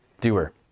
doer